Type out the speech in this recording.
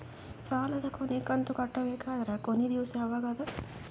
ಸಾಲದ ಕೊನಿ ಕಂತು ಕಟ್ಟಬೇಕಾದರ ಕೊನಿ ದಿವಸ ಯಾವಗದ?